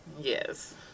Yes